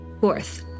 Fourth